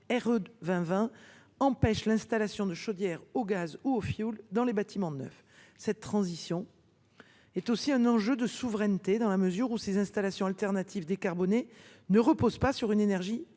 (RE2020) interdit l’installation de chaudières au gaz ou au fioul dans les bâtiments neufs. Cette transition est aussi un enjeu de souveraineté, dans la mesure où ces installations alternatives décarbonées ne reposent pas sur une énergie